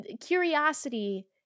curiosity